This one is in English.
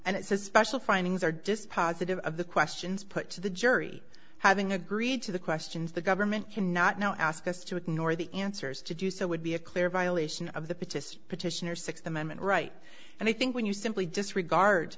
and it's a special findings are just positive of the questions put to the jury having agreed to the questions the government cannot now ask us to ignore the answers to do so would be a clear violation of the petition petition or sixth amendment right and i think when you simply disregard